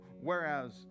whereas